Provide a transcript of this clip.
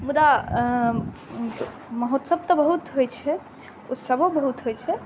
मुदा महोत्सव तऽ बहुत होइ छै उत्सवो बहुत होइ छै